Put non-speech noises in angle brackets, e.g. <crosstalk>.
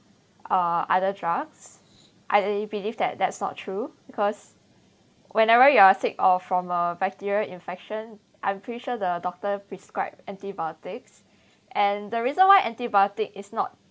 uh other drugs <breath> I believe that that's not true because whenever you are sick or from a bacterial infection I'm pretty sure the doctor prescribed antibiotics and the reason why antibiotic is not